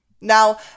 Now